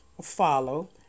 follow